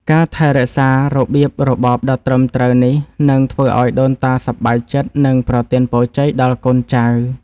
ការថែរក្សារបៀបរបបដ៏ត្រឹមត្រូវនេះនឹងធ្វើឱ្យដូនតាសប្បាយចិត្ត និងប្រទានពរជ័យដល់កូនចៅ។